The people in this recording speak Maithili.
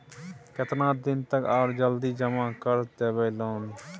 केतना दिन तक आर सर जल्दी जमा कर देबै लोन?